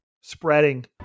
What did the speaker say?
spreading